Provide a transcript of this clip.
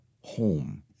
home